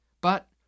But